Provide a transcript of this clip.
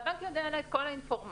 והבנק יודע עליי את כל האינפורמציה,